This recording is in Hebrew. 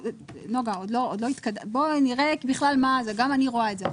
גם אני רואה את זה עכשיו.